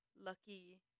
lucky